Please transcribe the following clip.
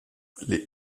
les